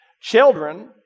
Children